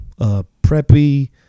preppy